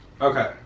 Okay